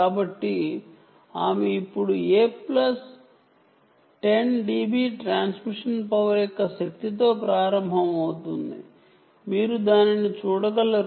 కాబట్టి ఆమె ఇప్పుడు ప్లస్ 10 dB ట్రాన్స్మిషన్ పవర్ యొక్క శక్తితో ప్రారంభమవుతుంది మీరు దానిని చూడగలరు